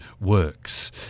works